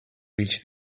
reach